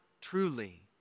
truly